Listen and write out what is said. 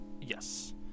Yes